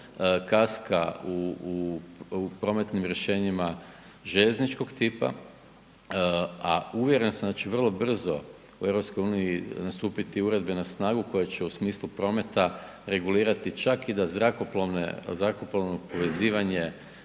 kaska u prometnim rješenjima željezničkog tipa, a uvjeren sam da će vrlo brzo u EU stupiti uredbe na snagu koje će u smislu prometa regulirati čak i da zrakoplovno povezivanje